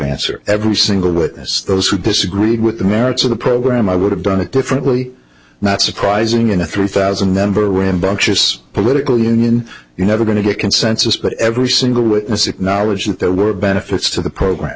answer every single witness those who disagreed with the merits of the program i would have done it differently not surprising in a three thousand member rambunctious political union you never going to get consensus but every single witness acknowledged that there were benefits to the program